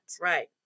Right